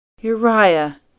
Uriah